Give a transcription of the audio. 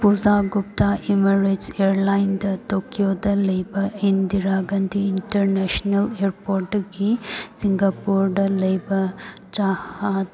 ꯄꯨꯖꯥ Gupta Emirates ꯏꯌꯥꯔ ꯂꯥꯏꯟꯗ ꯇꯣꯀꯤꯌꯣꯗ ꯂꯩꯕ ꯏꯟꯗꯤꯔꯥ ꯒꯥꯟꯗꯤ ꯅꯦꯁꯅꯦꯜ ꯏꯌꯥꯔꯄꯣꯔꯇꯒꯤ ꯁꯤꯡꯒꯥꯄꯨꯔꯗ ꯂꯩꯕ ꯆꯥꯍꯥꯠ